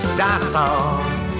dinosaurs